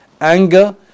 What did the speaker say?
Anger